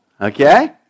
Okay